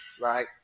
right